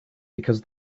because